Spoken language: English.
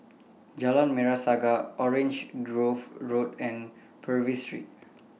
Jalan Merah Saga Orange Grove Road and Purvis Street